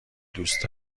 دوست